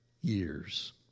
years